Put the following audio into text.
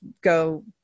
go